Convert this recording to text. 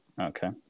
Okay